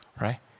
Right